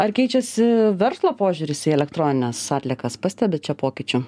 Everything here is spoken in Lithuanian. ar keičiasi verslo požiūris į elektronines atliekas pastebit čia pokyčių